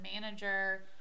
manager